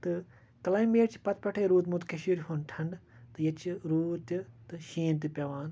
تہٕ کٕلایمیٹ چھُ پَتہٕ پٮ۪ٹھَے روٗدمُت کٔشیٖرِ ہُنٛد ٹھَنٛڈٕ تہٕ ییٚتہِ چھُ روٗد تہِ تہٕ شیٖن تہِ پیٚوان